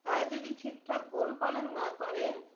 তারা যদি ঠিকঠাক গরু পালন না করে